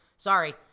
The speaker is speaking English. Sorry